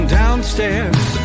downstairs